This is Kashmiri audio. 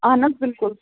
اہَن حَظ بِلکُل